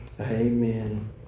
Amen